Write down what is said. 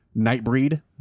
nightbreed